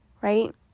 right